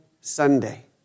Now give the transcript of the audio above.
Sunday